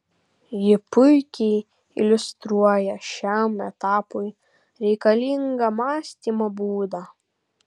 ji puikiai iliustruoja šiam etapui reikalingą mąstymo būdą